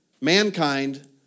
mankind